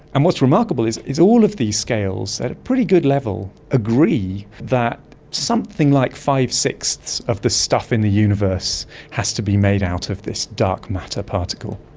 and what's remarkable is is all of these scales at a pretty good level agree that something like five-sixths of the stuff in the universe has to be made out of this dark matter particle.